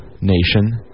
Nation